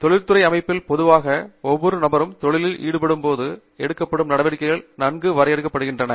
தொழிற்துறை அமைப்பில் பொதுவாக ஒவ்வொரு நபரும் தொழிலில் ஈடுபடும்போது எடுக்கப்படும் நடவடிக்கைகள் நன்கு வரையறுக்கப்படுகின்றன